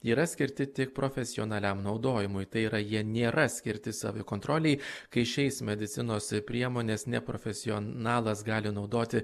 yra skirti tik profesionaliam naudojimui tai yra jie nėra skirti savikontrolei kai šiais medicinos priemones neprofesionalas gali naudoti